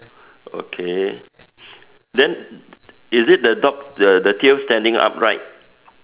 okay then is it the dog the the tail standing upright